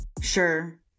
Sure